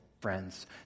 friends